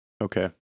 Okay